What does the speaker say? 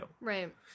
right